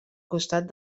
costat